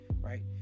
Right